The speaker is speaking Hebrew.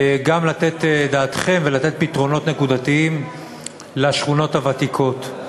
גם לתת את דעתכם ולתת פתרונות נקודתיים לשכונות הוותיקות.